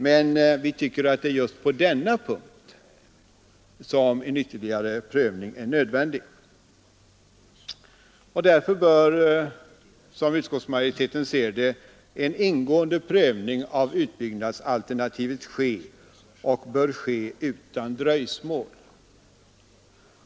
Men vi tycker att det är just på denna punkt som en ytterligare prövning är nödvändig, och därför bör — som utskottsmajoriteten ser det — en ingående prövning av utbyggnadsalternativet ske utan dröjsmål.